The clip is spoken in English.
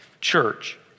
church